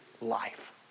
life